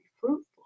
fruitful